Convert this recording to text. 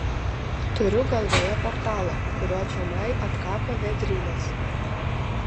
turiu galvoje portalą kuriuo čionai atkako vėdrynas